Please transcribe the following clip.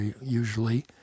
usually